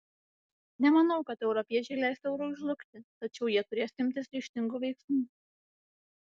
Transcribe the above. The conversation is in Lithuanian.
nemanau kad europiečiai leis eurui žlugti tačiau jie turės imtis ryžtingų veiksmų